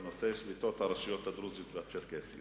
או שתדברו בצד או שתיתנו כבוד לחברי הכנסת.